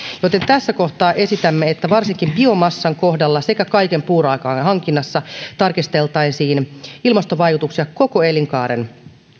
joten tässä kohtaa esitämme että varsinkin biomassan kohdalla sekä kaiken puuraaka aineen hankinnassa tarkasteltaisiin ilmastovaikutuksia koko elinkaaren